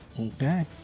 Okay